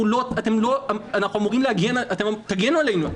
תגנו עלינו.